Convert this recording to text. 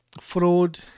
fraud